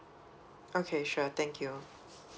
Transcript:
okay sure thank you